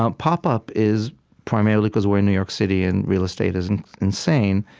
um pop-up is primarily because we're in new york city, and real estate is and insane,